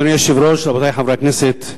אדוני היושב-ראש, רבותי חברי הכנסת,